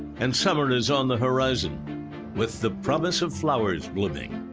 and summer is on the horizon with the promise of flowers blooming,